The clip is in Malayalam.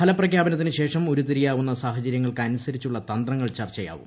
ഫലപ്രഖ്യാപനത്തിന് ശേഷം ഉരുത്തിരിയാവുന്ന സാഹചരൃങ്ങൾക്കനുസരിച്ചുള്ള തന്ത്രങ്ങൾ ചർച്ചയാവും